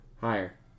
Higher